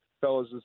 fellas